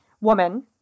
woman